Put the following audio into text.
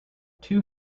two